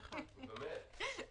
באמת.